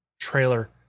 trailer